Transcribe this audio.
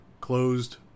closed